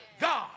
God